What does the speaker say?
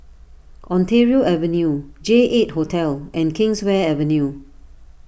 Ontario Avenue J eight Hotel and Kingswear Avenue